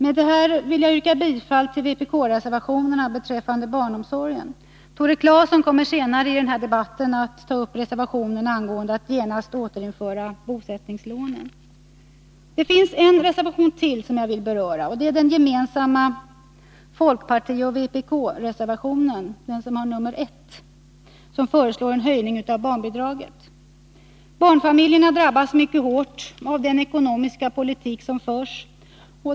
Med detta vill jag yrka bifall till vpk-reservationerna beträffande barnomsorgen. Tore Claeson kommer senare i debatten att ta upp reservationen om ett omedelbart återinförande av bosättningslånen. Det finns en reservation till som jag vill beröra, nämligen den gemensamma fpoch vpk-reservationen nr 1, som föreslår en höjning av barnbidraget. Barnfamiljerna drabbas mycket hårt av den ekonomiska politik som förs.